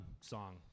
song